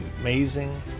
amazing